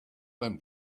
them